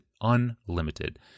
unlimited